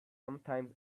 sometimes